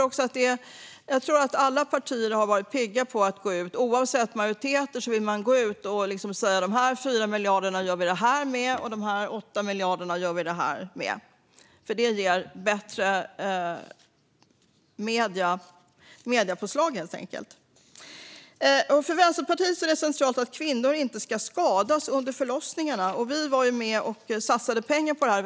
Oavsett majoriteter har partier gått ut och sagt att man anslår si och så många miljarder till något visst, för det ger bättre genomslag i medierna. För Vänsterpartiet är det centralt att kvinnor inte ska skadas under förlossningarna. Vi var med och satsade pengar på detta.